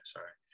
Sorry